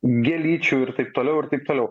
gėlyčių ir taip toliau ir taip toliau